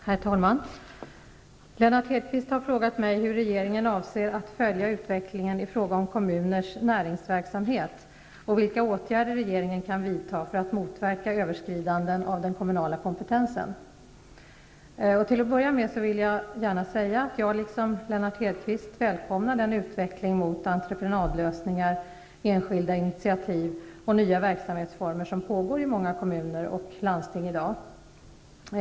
Herr talman! Lennart Hedquist har frågat mig hur regeringen avser att följa utvecklingen i fråga om kommuners näringsverksamhet och vilka åtgärder regeringen kan vidta för att motverka överskridanden av den kommunala kompetensen. Till att börja med vill jag gärna säga att jag liksom Lennart Hedquist välkomnar den utveckling mot entreprenadlösningar, enskilda initiativ och nya verksamhetsformer som i dag pågår i många kommuner och landsting.